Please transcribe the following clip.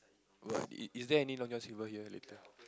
what it is there any Long-John-Silvers here